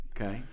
okay